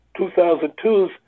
2002s